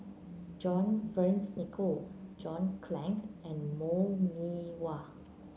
John Fearns Nicoll John Clang and Lou Mee Wah